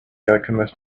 alchemist